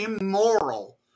immoral